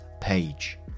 page